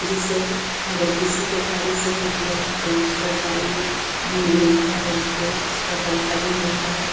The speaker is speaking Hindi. जिसे अगर किसी की गाड़ी से हो गया तो उसकी गाड़ी भी मिलती है उसको उसका पैसा भी मिलता है